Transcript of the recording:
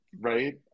Right